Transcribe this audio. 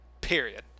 Period